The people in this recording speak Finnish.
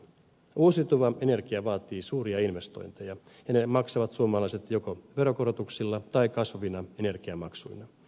uusiutuva energia vaatii suuria investointeja ja suomalaiset maksavat ne joko veronkorotuksina tai kasvavina energiamaksuina